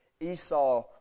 Esau